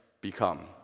become